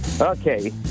Okay